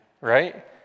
Right